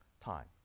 time